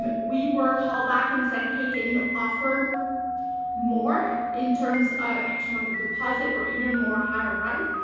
but we were called back and said hey, can you offer more in terms of extra month of deposit or even more higher rent,